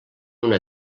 una